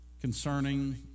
concerning